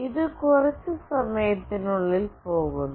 ഇത് കുറച്ച് സമയത്തിനുള്ളിൽ പോകുന്നു